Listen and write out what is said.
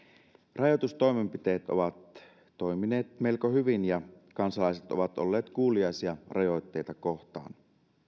rajoitustoimenpiteet ovat toimineet melko hyvin ja kansalaiset ovat olleet kuuliaisia rajoitteita kohtaan